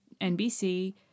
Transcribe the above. NBC